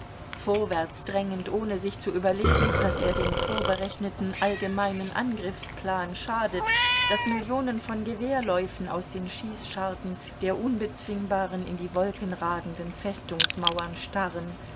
vorwärts drängend ohne sich zu überlegen daß er dem vorberechneten allgemeinen angriffsplan schadet daß millionen von gewehrläufen aus den schießscharten der unbezwingbaren in die wolken ragenden festungsmauern starren